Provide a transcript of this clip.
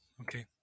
okay